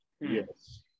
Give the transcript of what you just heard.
Yes